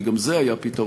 כי גם זה היה פתרון,